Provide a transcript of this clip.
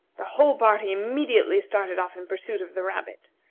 the whole party immediately started off in pursuit of the rabbit.